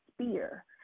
spear